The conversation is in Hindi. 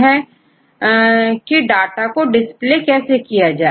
छात्र डाटा को डिस्प्ले कैसे किया जाए